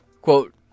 Quote